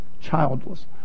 Childless